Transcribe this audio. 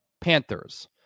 Panthers